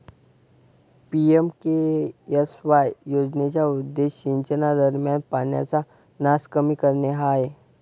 PMKSY योजनेचा उद्देश सिंचनादरम्यान पाण्याचा नास कमी करणे हा आहे